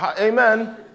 amen